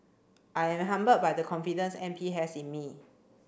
I'm humbled by the confidence M P has in me